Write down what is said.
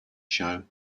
show